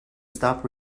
stop